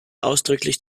ausdrücklich